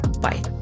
Bye